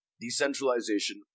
Decentralization